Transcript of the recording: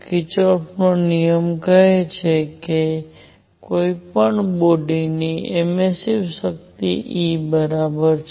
તો કિર્ચોફનો નિયમ કહે છે કે કોઈ પણ બોડીની એમિસ્સીવ શક્તિ E બરાબર છે